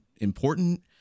important